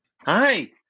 Hi